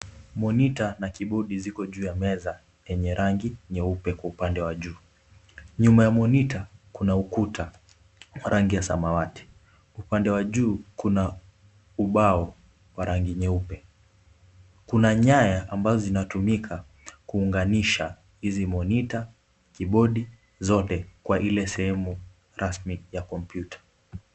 Monita na kibodi ziko juu ya meza yenye rangi nyeupe kwa upande wa juu, nyuma ya monita kuna ukuta rangi samawati. Upande wa juu kuna ubao wa rangi nyeupe. Kuna nyaya ambazo zinatumika kuunganisha hizi monita, kibodi zote kwa ile sehemu rasmi ya kompiuta.